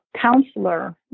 counselor